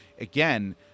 again